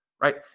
right